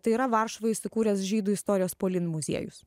tai yra varšuvoj įsikūręs žydų istorijos polin muziejus